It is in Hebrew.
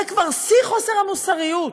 זה כבר שיא חוסר המוסריות.